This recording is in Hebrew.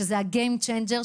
שזה ה-Game changer,